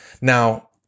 Now